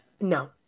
No